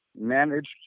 managed